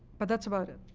but that's about it.